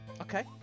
Okay